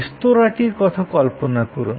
রেস্তোঁরাটির কথা কল্পনা করুন